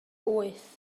wyth